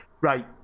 Right